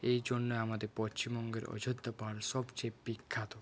এইজন্য আমাদর পশ্চিমবঙ্গের অযোধ্যা পাহাড় সবচেয়ে বিখ্যাত